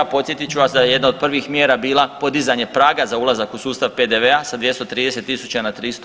Podsjetit ću vas da je jedna od prvih mjera bila podizanje praga za ulazak u sustav PDV-a sa 230.000 na 300.000.